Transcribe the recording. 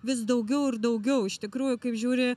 vis daugiau ir daugiau iš tikrųjų kaip žiūri